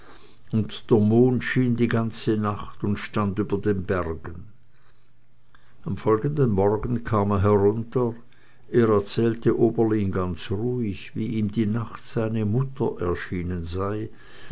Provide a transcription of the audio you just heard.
die ganze nacht und stand über den bergen am folgenden morgen kam er herunter er erzählte oberlin ganz ruhig wie ihm die nacht seine mutter erschienen sei